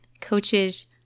coaches